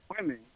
women